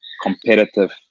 competitive